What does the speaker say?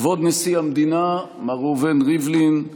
כבוד נשיא המדינה מר ראובן ריבלין,